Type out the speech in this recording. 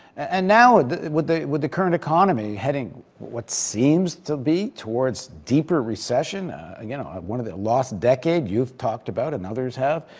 and now, with the with the current economy heading what seems to be towards deeper recession again, one of the a lost decade you've talked about, and others have.